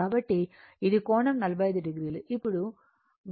కాబట్టి ఇది కోణం45 o ఇప్పుడు VL I j XL